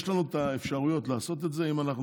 יש לנו את האפשרויות לעשות את זה אם אנחנו